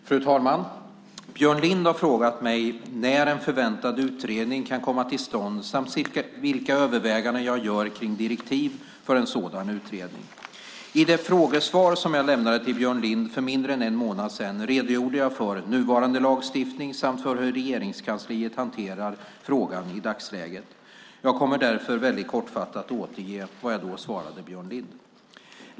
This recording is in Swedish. Fru talman! Björn Lind har frågat mig när en förväntad utredning kan komma till stånd samt vilka överväganden jag gör kring direktiv för en sådan utredning. I det frågesvar som jag lämnade till Björn Lind för mindre än en månad sedan redogjorde jag för nuvarande lagstiftning samt för hur Regeringskansliet hanterar frågan i dagsläget. Jag kommer därför väldigt kortfattat att återge vad jag då svarade Björn Lind.